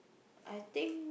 I think